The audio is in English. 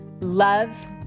love